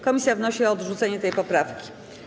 Komisja wnosi o odrzucenie tej poprawki.